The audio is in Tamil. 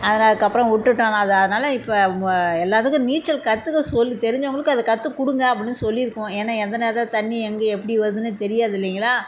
அதை நான் அதுக்கப்புறம் விட்டுட்டோங்க அது அதனால இப்போ ம எல்லாத்துக்கும் நீச்சல் கற்றுக்க சொல்லி தெரிஞ்சவங்களுக்கு அதை கற்றுக்குடுங்க அப்படின்னு சொல்லி இருக்கோம் ஏன்னா எந்த நேரத்தில் தண்ணி எங்கே எப்படி வருதுன்னே தெரியாது இல்லைங்களா